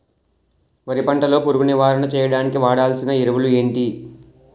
వరి పంట లో పురుగు నివారణ చేయడానికి వాడాల్సిన ఎరువులు ఏంటి?